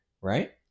right